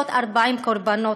540 קורבנות,